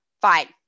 fine